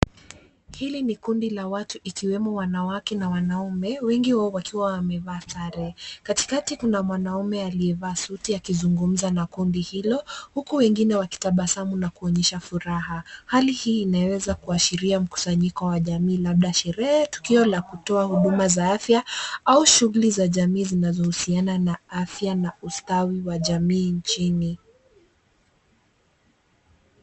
Hili ni kundi la watu ikiwemo wanawake na wanaume, wengi wao wakiwa wamevaa sare. Katikati kuna mwanamume aliyevaa suti akizungumza na kundi hilo, huku wengine wakitabasamu na kuonyesha furaha. Hali hii inaweza kuashiria mkusanyiko wa jamii labda sherehe, tukio la kutoa huduma za afya, au shughuli za jamii zinazohusiana na afya na ustawi wa jamii nchini.